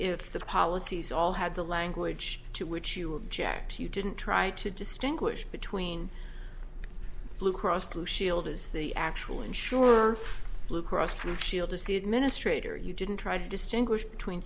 if the policies all had the language to which you object you didn't try to distinguish between blue cross blue shield as the actual insurer blue cross blue shield as the administrator you didn't try to distinguish between